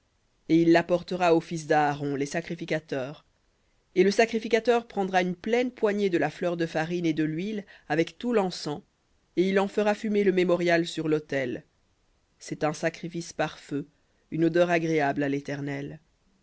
et il l'apportera aux fils d'aaron les sacrificateurs et le sacrificateur prendra une pleine poignée de la fleur de farine et de l'huile avec tout l'encens et il en fera fumer le mémorial sur l'autel un sacrifice par feu une odeur agréable à l'éternel